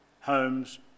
homes